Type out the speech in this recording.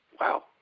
Wow